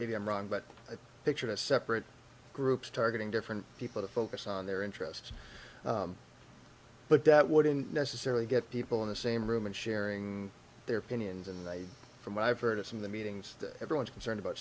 maybe i'm wrong but a picture a separate groups targeting different people to focus on their interests but that wouldn't necessarily get people in the same room and sharing their opinions and i from what i've heard it's in the meetings that everyone's concerned about